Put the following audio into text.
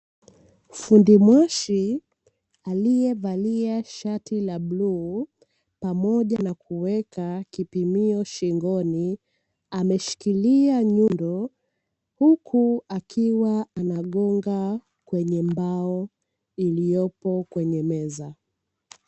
Fundi mwashi aliyevalia shati la bluu pamoja na kuweka kipimio shingoni ameshikilia nyundo, huku akiwa anagonga kwenye mbao iliyopo kwenye meza.